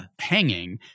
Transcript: hanging